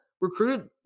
recruited